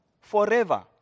forever